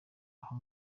aho